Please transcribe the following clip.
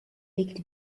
legt